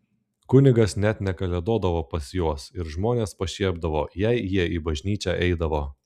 kunigas net nekalėdodavo pas juos ir žmonės pašiepdavo jei jie į bažnyčią eidavo